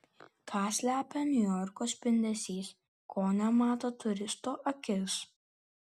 ką slepia niujorko spindesys ko nemato turisto akis